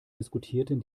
diskutierten